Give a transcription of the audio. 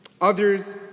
others